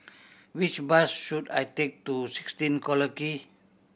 which bus should I take to sixteen Collyer Quay